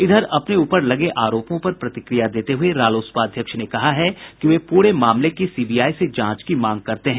इधर अपने ऊपर लगे आरोपों पर प्रतिक्रिया देते हुए रालोसपा अध्यक्ष ने कहा है कि वे प्ररे मामले की सीबीआई से जांच की मांग करते हैं